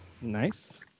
Nice